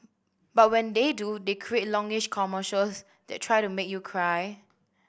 but when they do they create longish commercials that try to make you cry